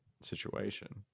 situation